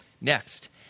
Next